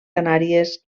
canàries